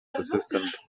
assistant